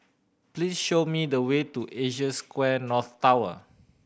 please show me the way to Asia Square North Tower